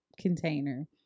container